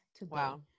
Wow